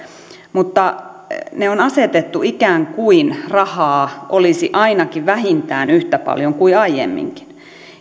mutta ne on asetettu ikään kuin rahaa olisi ainakin vähintään yhtä paljon kuin aiemminkin